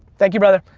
thank you brother.